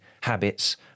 habits